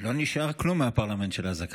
לא נשאר כלום מהפרלמנט של עזה כרגע.